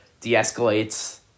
de-escalates